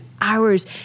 hours